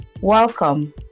welcome